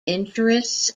interests